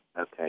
Okay